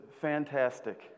fantastic